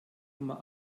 immer